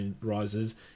rises